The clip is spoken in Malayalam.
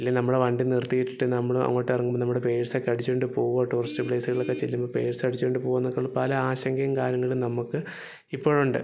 ഇല്ലേല് നമ്മള് വണ്ടി നിർത്തി ഇട്ടിട്ട് നമ്മളും അങ്ങോട്ടെറങ്ങുമ്പോള് നമ്മടെ പേഴ്സൊക്കെ അടിച്ചോണ്ട് പോവുമോ ടൂറിസ്റ്റ് പ്ലേസുകളിലൊക്കെ ചെല്ലുമ്പോള് പേഴ്സടിച്ചോണ്ട് പോവുമോ എന്നൊക്കെ ഉള്ള പല ആശങ്കയും കാര്യങ്ങളും നമുക്ക് ഇപ്പോഴുണ്ട്